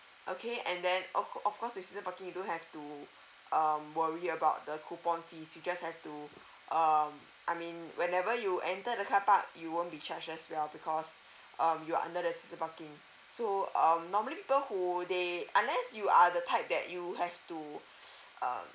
okay and then of course of course with season parking you don't have to um worry about the coupon fees you just have to um I mean whenever you enter the carpark you won't be charged as well because um you under the season parking so um normally people who they unless you are the type that you have to um